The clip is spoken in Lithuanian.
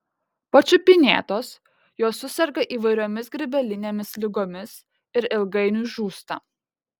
pačiupinėtos jos suserga įvairiomis grybelinėmis ligomis ir ilgainiui žūsta